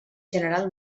general